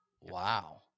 Wow